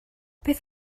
beth